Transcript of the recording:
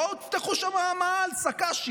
בואו, תפתחו שם מאהל שק"שים.